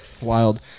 Wild